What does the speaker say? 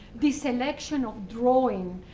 the selection of drawing,